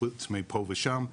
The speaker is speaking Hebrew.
חוץ מפה ושם.